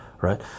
right